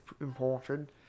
important